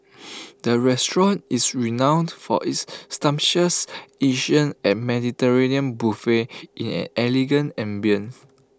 the restaurant is renowned for its sumptuous Asian and Mediterranean buffet in an elegant ambience